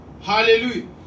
Hallelujah